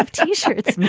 ah t shirts.